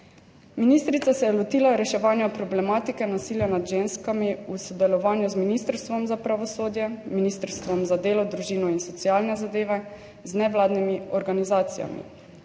Ministrica se je lotila reševanja problematike nasilja nad ženskami v sodelovanju z Ministrstvom za pravosodje, Ministrstvom za delo, družino in socialne zadeve, z nevladnimi organizacijami.